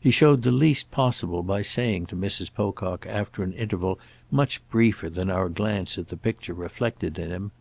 he showed the least possible by saying to mrs. pocock after an interval much briefer than our glance at the picture reflected in him